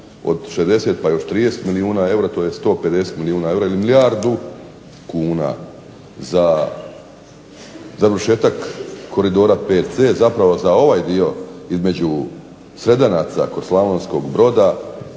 od 60 pa još 30 milijuna eura to je 150 milijuna eura ili milijardu kuna za završetak Koridora VC zapravo za ovaj dio između Sredanaca kod Slavonskog Broda